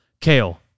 Kale